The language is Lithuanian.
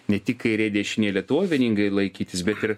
ne tik kairėj dešinėj lietuvoje vieningai laikytis bet ir